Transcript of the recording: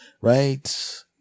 right